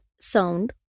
sound